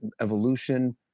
evolution